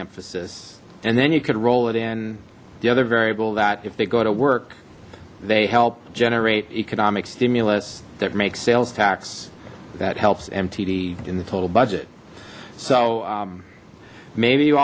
emphasis and then you could roll it in the other variable that if they go to work they help generate economic stimulus that makes sales tax that helps mtd in the total budget so maybe you